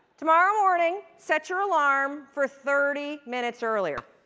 tomorrow morning, set your alarm for thirty minutes earlier.